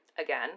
again